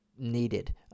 needed